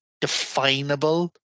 definable